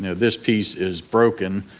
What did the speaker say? you know this piece is broken,